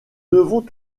devons